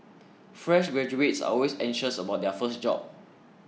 fresh graduates are always anxious about their first job